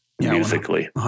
Musically